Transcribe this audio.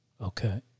okay